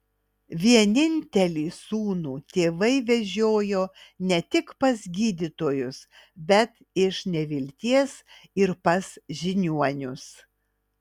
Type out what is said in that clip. vienintelį sūnų tėvai vežiojo ne tik pas gydytojus bet iš nevilties ir pas žiniuonius